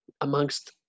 amongst